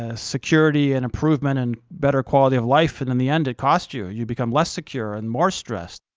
ah security and improvement and better quality of life, and in the end it costs you. you become less secure, and more stressed,